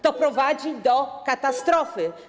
To prowadzi do katastrofy.